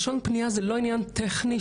לשון פנייה היא לא עניין טכני,